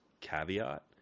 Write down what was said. caveat